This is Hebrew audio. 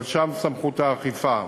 אבל שם סמכות האכיפה.